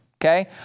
Okay